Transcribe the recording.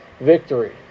victory